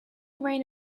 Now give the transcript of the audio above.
reign